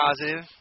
positive